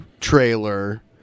trailer